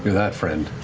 that friend.